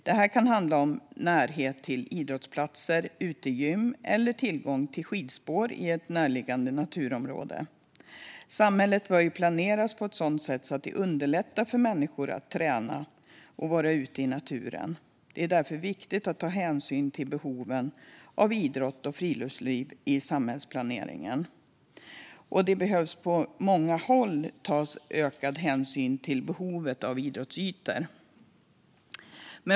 Det kan handla om närhet till idrottsplatser, utegym eller tillgång till skidspår i ett närliggande naturområde. Samhället bör planeras på ett sätt som underlättar för människor att träna och vara ute i naturen. Därför är det viktigt att ta hänsyn till behoven av idrott och friluftsliv i samhällsplaneringen. Det behöver på många håll tas ökad hänsyn till behovet av idrottsytor.